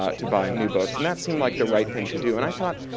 ah to buy new books, and that seemed like the right thing to do, and i thought,